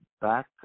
back